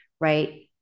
right